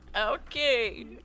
okay